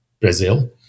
Brazil